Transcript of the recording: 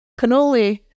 cannoli